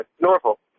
Norfolk